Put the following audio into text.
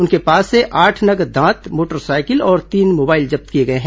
उनके पास से आठ नग दांत मोटरसाइकिल और तीन मोबाइल जब्त किए गए हैं